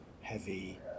heavy